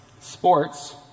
Sports